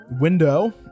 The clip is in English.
window